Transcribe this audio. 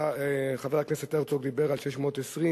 חבר הכנסת הרצוג דיבר על 620,